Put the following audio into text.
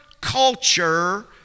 culture